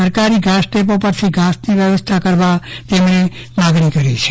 સરકારી ઘાસડેપો પરથી ઘાસની વ્યવસ્થા કરવા માગણી કરાઈ છે